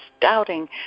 doubting